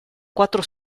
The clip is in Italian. quattro